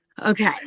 Okay